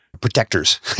protectors